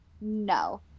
No